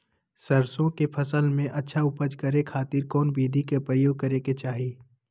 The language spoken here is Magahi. सरसों के फसल में अच्छा उपज करे खातिर कौन विधि के प्रयोग करे के चाही?